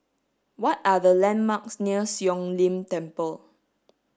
what are the landmarks near Siong Lim Temple